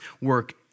work